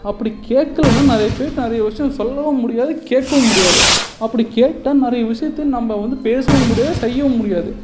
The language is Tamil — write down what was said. அப்படி கேட்கலனா நிறைய பேர் நிறைய விஷயம் சொல்லவும் முடியாது கேட்கவும் முடியாது அப்படி கேட்டால் நிறைய விஷயத்தை நம்ம வந்து பேசவும் முடியாது செய்யவும் முடியாது